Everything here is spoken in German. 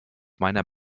meiner